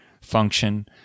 function